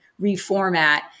reformat